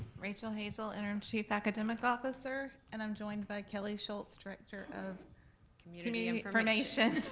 rachel hazel, and i'm chief academic officer, and i'm joined by kelly schulz, director of community i mean information.